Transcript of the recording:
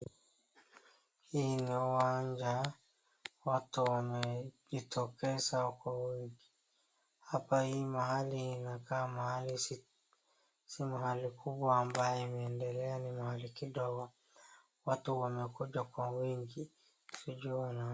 Hii ni uwanja, watu wamejitokeza kwa wingi, hapa hii mahali inakaa si mahali kubwa ambayo imeendelea, ni mahali kidogo, watu wamekuja kwa wingi.